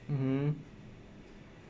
mmhmm